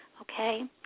Okay